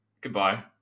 goodbye